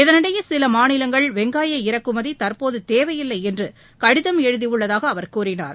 இதனிடையே சில மாநிலங்கள் வெங்காய இறக்குமதி தற்போது தேவையில்லை என்று கடிதம் எழுதியுள்ளதாக அவர் கூறினார்